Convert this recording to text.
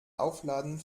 aufladen